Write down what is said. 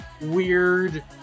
weird